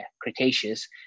Cretaceous